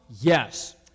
yes